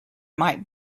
might